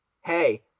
hey